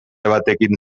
batekin